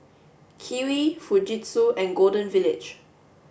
Kiwi Fujitsu and Golden Village